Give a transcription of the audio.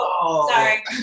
Sorry